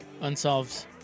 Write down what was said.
unsolved